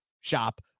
shop